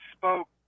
Spoke